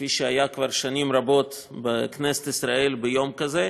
כפי שהיה כבר שנים רבות בכנסת ישראל ביום הזה.